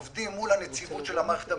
עובדים מול הנציבות של המערכת הבנקאית,